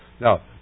Now